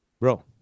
Bro